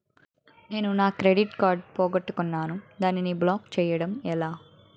నేను నా credit card పోగొట్టుకున్నాను దానిని బ్లాక్ చేయడం ఎలా?